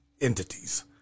entities